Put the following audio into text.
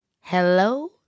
Hello